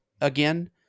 again